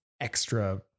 extra